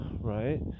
Right